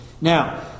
Now